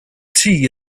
tea